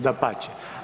Dapače.